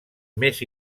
més